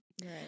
Right